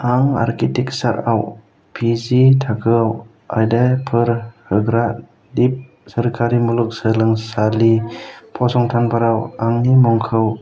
आं आर्किटेकचारआव P G थाखोआव आयदाफोर होग्रा डिम्ड सोरखारि मुलुंगसोलोंसालि फसंथानफोराव आंनि मुंखौ